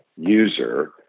user